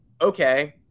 Okay